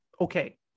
okay